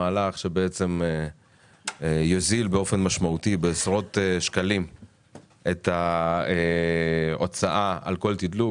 המהלך שבעצם יוזיל באופן משמעותי בעשרות שקלים את ההוצאה על כל תדלוק,